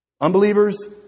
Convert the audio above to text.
unbelievers